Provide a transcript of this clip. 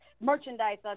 merchandise